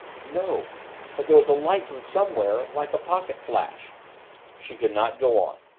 no but there was a light from somewhere like a pocket-flash she could not go on.